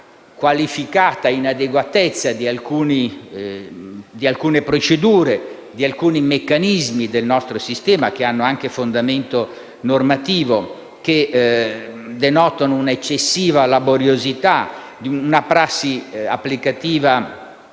qualificata inadeguatezza di alcune procedure, di alcuni meccanismi del nostro sistema che hanno anche fondamento normativo, che denotano un'eccessiva laboriosità di una prassi applicativa